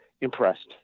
impressed